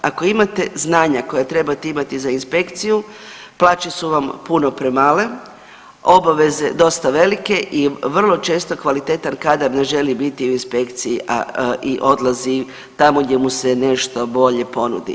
Ako imate znanja koja trebate imati za inspekciju plaće su vam puno premale, obaveze dosta velike i vrlo često kvalitetan kadar ne želi biti u inspekciji i odlazi tamo gdje mu se nešto bolje ponudi.